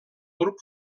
grup